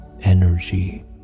energy